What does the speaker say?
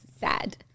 Sad